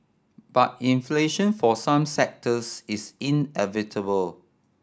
but inflation for some sectors is inevitable